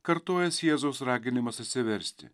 kartojasi jėzaus raginimas atsiversti